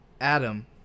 adam